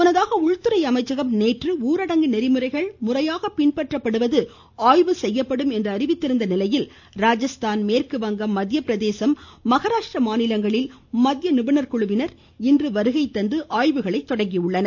முன்னதாக உள்துறை அமைச்சகம் நேற்று ஊரடங்கு நெறிமுறைகள் முறையாக பின்பற்றப்படுவது ஆய்வு செய்யப்படும் என்று அறிவித்திருந்த நிலையில் ராஜஸ்தான் மேற்குவங்கம் மத்திய பிரதேசம் மகாராஷ்டிர மாநிலங்களில் மத்திய நிபுணர் குழுவினர் இன்று வருகை தந்துள்ளனர்